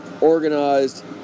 organized